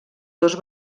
dos